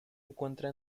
encuentra